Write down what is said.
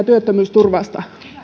työttömyysturvasta